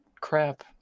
crap